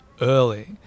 early